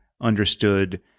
understood